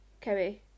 Kerry